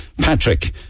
Patrick